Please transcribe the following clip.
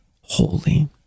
holy